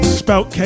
spelt